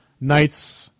knights